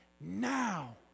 now